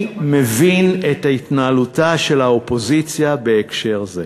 מבין את התנהלותה של האופוזיציה בהקשר זה.